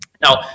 Now